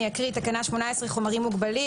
(תקנה 18). חומרים מוגבלים.